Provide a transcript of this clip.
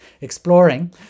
exploring